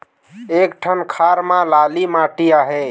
एक ठन खार म लाली माटी आहे?